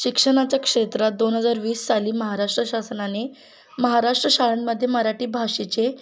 शिक्षणाच्या क्षेत्रात दोन हजार वीस साली महाराष्ट्र शासनाने महाराष्ट्र शाळांमध्ये मराठी भाषेचे